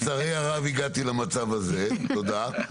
לצערי הרב, הגעתי למצב הזה, תודה.